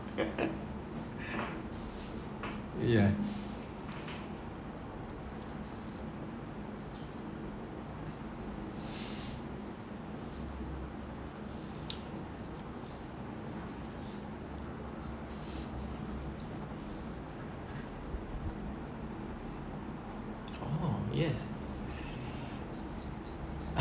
ya oh yes